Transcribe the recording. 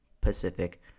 pacific